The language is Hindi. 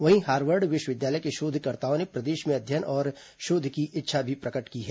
वहीं हार्वर्ड विश्वविद्यालय के शोधकर्ताओं ने प्रदेश में अध्ययन और शोध की इच्छा भी प्रकट की है